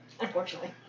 unfortunately